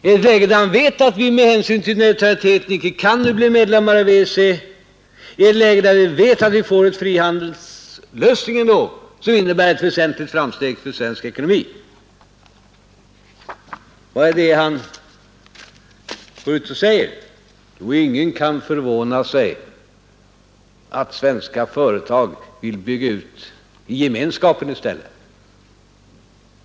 I ett läge där han vet att Sverige med hänsyn till neutraliteten icke kan bli medlem i EEC, i ett läge där vi vet att vi får en frihandelslösning ändå som innebär ett väsentligt framsteg för svensk ekonomi. Vad är det som herr Bohman går ut och säger? Jo, han säger: Ingen kan förvåna sig över att svenska företag vill bygga ut i Gemenskapen i stället.